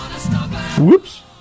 Whoops